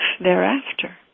thereafter